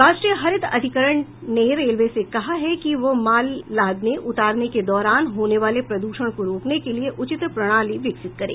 राष्ट्रीय हरित अधिकरण ने रेलवे से कहा है कि वह माल लादने उतारने के दौरान होने वाले प्रद्षण को रोकने के लिए उचित प्रणाली विकसित करे